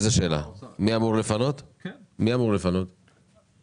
אני לא מכירה ויכוח לגבי אופן הטיפול.